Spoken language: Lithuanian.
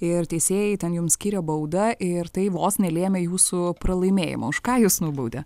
ir teisėjai ten jum skyrė baudą ir tai vos nelėmė jūsų pralaimėjimo už ką jus nubaudė